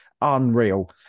Unreal